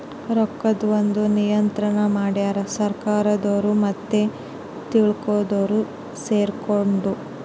ರೊಕ್ಕದ್ ಒಂದ್ ನಿಯಂತ್ರಣ ಮಡ್ಯಾರ್ ಸರ್ಕಾರದೊರು ಮತ್ತೆ ತಿಳ್ದೊರು ಸೆರ್ಕೊಂಡು